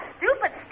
Stupid